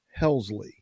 helsley